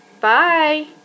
Bye